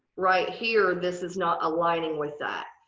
right here this is not aligning with that.